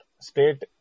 state